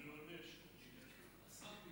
מיליוני שקלים.